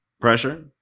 pressure